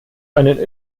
einen